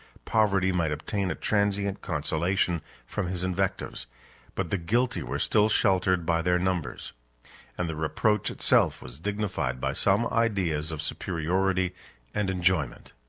poverty might obtain a transient consolation from his invectives but the guilty were still sheltered by their numbers and the reproach itself was dignified by some ideas of superiority and enjoyment.